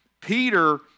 Peter